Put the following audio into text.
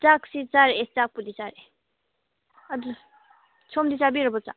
ꯆꯥꯛꯁꯤ ꯆꯥꯔꯛꯑꯦ ꯆꯥꯛꯄꯨꯗꯤ ꯆꯥꯔꯦ ꯑꯗꯨ ꯁꯣꯝꯗꯤ ꯆꯥꯕꯤꯔꯕꯣ ꯆꯥꯛ